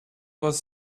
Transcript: was